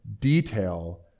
detail